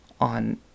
on